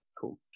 Cool